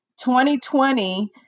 2020